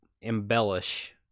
embellish